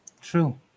True